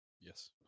Yes